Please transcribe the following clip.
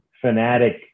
fanatic